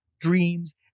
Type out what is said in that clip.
dreams